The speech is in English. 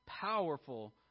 powerful